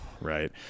right